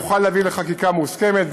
יוכל להביא לחקיקה מוסכמת,